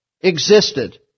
existed